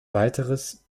weiteres